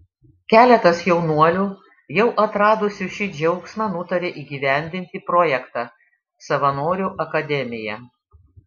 keletas jaunuolių jau atradusių šį džiaugsmą nutarė įgyvendinti projektą savanorių akademija